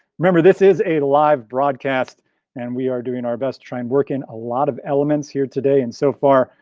remember, this is a live broadcast and we are doing our best to try and work in a lot of elements here today. and so far,